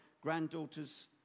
granddaughters